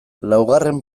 laugarren